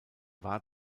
war